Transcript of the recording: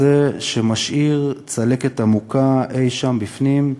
כזה שמשאיר צלקת עמוקה אי-שם בפנים,